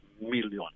million